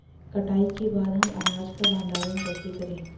कटाई के बाद हम अनाज का भंडारण कैसे करें?